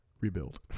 rebuild